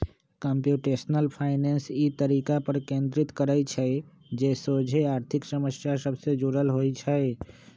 computational finance इ तरीका पर केन्द्रित करइ छइ जे सोझे आर्थिक समस्या सभ से जुड़ल होइ छइ